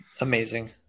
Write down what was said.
Amazing